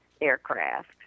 aircraft